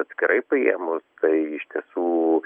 atskirai paėmus tai iš tiesų